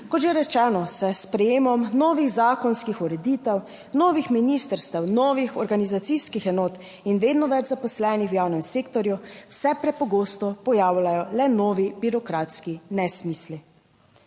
Kot že rečeno, se s sprejemom novih zakonskih ureditev, novih ministrstev, novih organizacijskih enot in vedno več zaposlenih v javnem sektorju vse prepogosto pojavljajo le novi birokratski nesmisli.